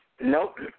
Nope